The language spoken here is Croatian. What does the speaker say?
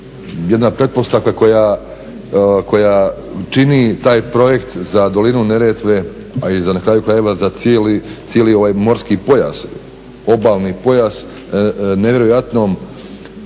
jedna pretpostavka koja čini taj problem za dolinu Neretve a i za na kraju krajeva za cijeli ovaj morski pojas, obalni pojas nevjerojatnom